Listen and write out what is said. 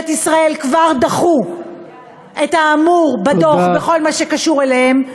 ישראל כבר דחו את האמור בדוח בכל מה שקשור אליהם.